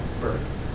birth